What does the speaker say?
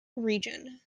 region